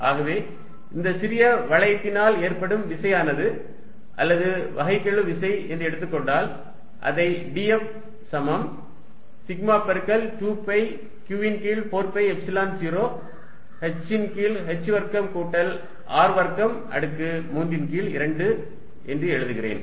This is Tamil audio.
ஆகவே இந்த சிறிய வளையத்தினால் ஏற்படும் விசையானது அல்லது வகைக்கெழு விசை என்று எடுத்துக் கொண்டால் அதை dF சமம் சிக்மா பெருக்கல் 2 பை q ன் கீழ் 4 பை எப்சிலன் 0 h ன் கீழ் h வர்க்கம் கூட்டல் r வர்க்கம் அடுக்கு 3 ன் கீழ் 2 என்று எழுதுகிறேன்